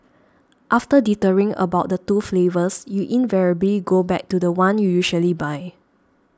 after dithering over the two flavours you invariably go back to the one you usually buy